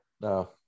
no